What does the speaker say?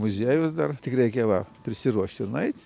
muziejus dar tik reikia va prisiruošt ir nueit